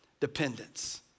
dependence